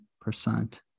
percent